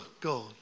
God